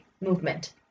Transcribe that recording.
movement